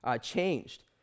changed